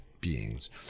beings